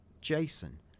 Jason